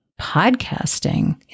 podcasting